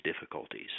difficulties